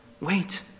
Wait